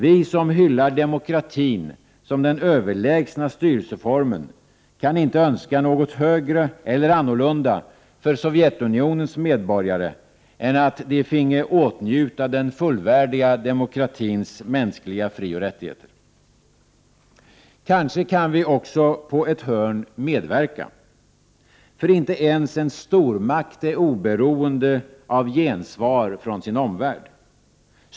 Vi som hyllar demokratin som den överlägsna styrelseformen kan inte önska något högre eller annorlunda för Sovjetunionens medborgare än att de finge åtnjuta den fullvärdiga demokratins mänskliga frioch rättigheter. Kanske kan vi också på ett hörn medverka. För inte ens en stormakt är oberoende av gensvar från sin omvärld.